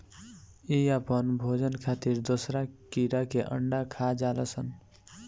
इ आपन भोजन खातिर दोसरा कीड़ा के अंडा खा जालऽ सन